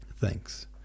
Thanks